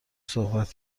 صحبت